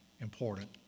important